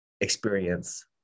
experience